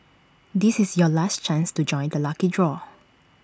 this is your last chance to join the lucky draw